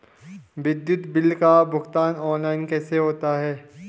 विद्युत बिल का भुगतान ऑनलाइन कैसे होता है?